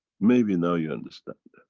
maybe now you understand.